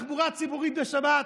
תחבורה ציבורית בשבת,